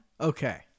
Okay